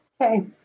Okay